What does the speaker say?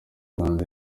rwanda